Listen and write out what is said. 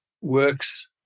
works